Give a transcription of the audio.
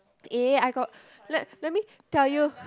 eh I got let let me tell you